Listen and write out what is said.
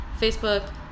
facebook